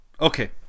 Okay